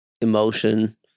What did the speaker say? emotion